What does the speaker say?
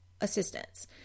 assistance